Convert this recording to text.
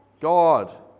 God